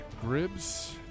Gribbs